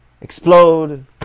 explode